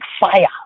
fire